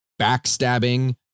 backstabbing